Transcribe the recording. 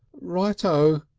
right o,